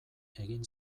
egin